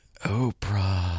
Oprah